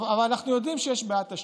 הרי אנחנו יודעים שיש בעיה תשתיתית,